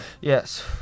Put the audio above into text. yes